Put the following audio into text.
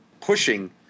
pushing